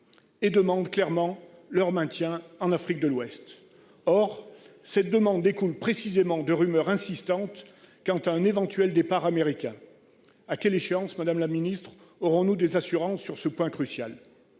et demande clairement leur maintien en Afrique de l'Ouest. Or cette demande découle de rumeurs insistantes quant à un éventuel départ américain. Madame la ministre, à quelle échéance aurons-nous des assurances sur ce point crucial ?